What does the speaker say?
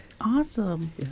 awesome